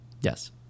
Yes